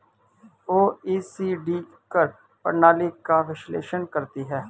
OECD कर प्रणाली का विश्लेषण करती हैं